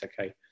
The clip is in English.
okay